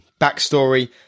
backstory